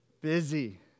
busy